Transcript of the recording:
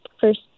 first